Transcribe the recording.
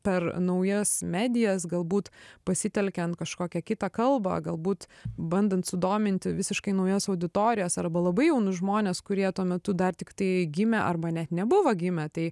per naujas medijas galbūt pasitelkiant kažkokią kitą kalbą galbūt bandant sudominti visiškai naujas auditorijas arba labai jaunus žmones kurie tuo metu dar tiktai gimė arba net nebuvo gimę tai